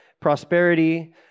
prosperity